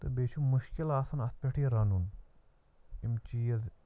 تہٕ بیٚیہِ چھُ مُشکِل آسان اَتھ پٮ۪ٹھ یہِ رَنُن یِم چیٖز